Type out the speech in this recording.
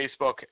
Facebook